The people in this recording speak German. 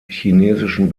chinesischen